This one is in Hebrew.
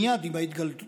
מייד עם ההתגלות,